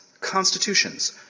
constitutions